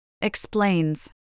Explains